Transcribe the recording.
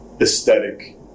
aesthetic